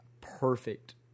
perfect